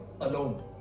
alone